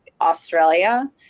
australia